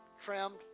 trimmed